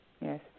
Yes